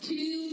Two